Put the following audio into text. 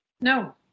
No